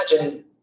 imagine